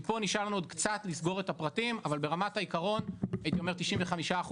מפה נשאר לנו עוד קצת לסגור את הפרטים אבל ברמת העקרון הייתי אומר 95%